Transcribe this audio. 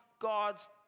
God's